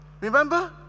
Remember